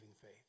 faith